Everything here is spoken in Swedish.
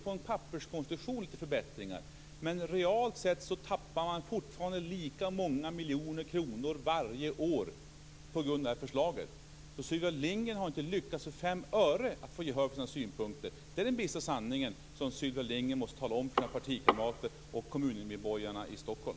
På papperet är det lite förbättringar, men realt sett tappar man fortfarande lika många miljoner kronor varje år på grund av det här förslaget. Sylvia Lindgren har inte lyckats för fem öre att få gehör för sina synpunkter. Det är den bistra sanningen som Sylvia Lindgren måste tala om för sina partikamrater och kommunmedborgarna i Stockholm.